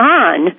on